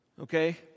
okay